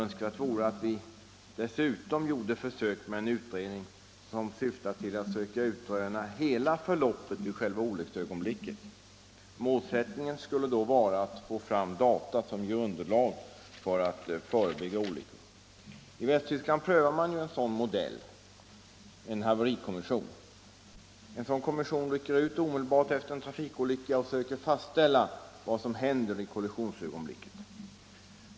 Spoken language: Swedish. Önskvärt vore emellertid att vi dessutom gjorde försök med en utredning som syftar till att försöka utröna hela förloppet vid själva olycksögonblicket. Målsättningen skulle då vara att få fram data som ger underlag för att förebygga olyckor. I Västtyskland prövar man en modell av ”haverikommission”. En sådan kommission rycker ut omedelbart efter en trafikolycka och försöker fastställa vad som hände i kollisionsögonblicket.